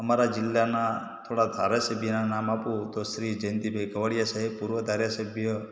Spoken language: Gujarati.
અમારા જિલ્લ્લાના થોડા ધારાસભ્યનાં નામ આપું તો શ્રી જયંતિભઈ કવાડિયા સાહેબ પૂર્વ ધારાસભ્ય